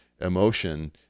emotion